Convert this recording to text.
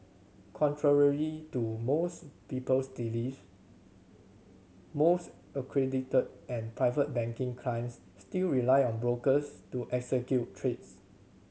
contrary to most people's belief most accredited and private banking clients still rely on brokers to execute trades